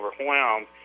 overwhelmed